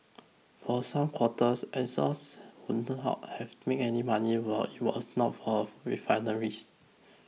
for some quarters Exxons would not have made any money were it was not for refineries